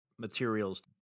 materials